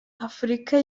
afurika